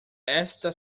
esta